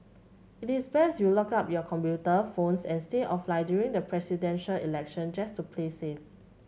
it is best you locked up your computer phones and stay offline during the Presidential Election just to play safe